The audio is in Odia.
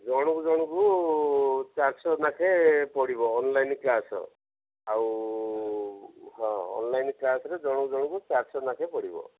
ଜଣଙ୍କୁ ଜଣଙ୍କୁ ଚାରିଶହ ଲେଖାଏଁ ପଡ଼ିବ ଅନଲାଇନ୍ କ୍ଲାସ୍ ଆଉ ହଁ ଅନଲାଇନ୍ କ୍ଲାସ୍ରେ ଜଣକୁ ଜଣଙ୍କୁ ଚାରିଶ ଲେଖାଏଁ ପଡ଼ିବ